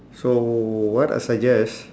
so what I suggest